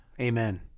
Amen